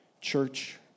Church